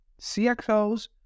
CXOs